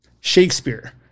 Shakespeare